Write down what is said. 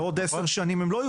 בעוד עשר שנים הם לא יוכלו.